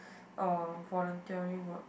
uh volunteering work